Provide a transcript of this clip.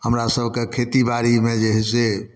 हमरा सबके खेतीबाड़ीमे जे है से